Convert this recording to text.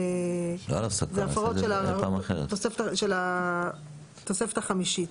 זה הפרות של התוספת החמישית.